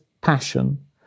passion